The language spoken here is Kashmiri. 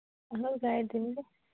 اَہن حظ گایڈ دِمہٕ بہٕ